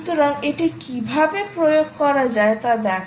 সুতরাং এটি কীভাবে প্রয়োগ করা যায় তা দেখ